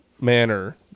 manner